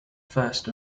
first